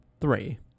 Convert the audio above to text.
Three